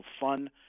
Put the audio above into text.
fun